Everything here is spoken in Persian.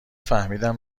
فهمیدم